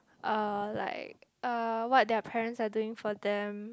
uh like uh what their parents are doing for them